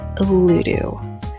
Ludo